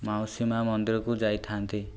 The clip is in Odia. ମାଉସୀ ମାଆ ମନ୍ଦିରକୁ ଯାଇଥାନ୍ତି